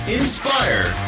inspire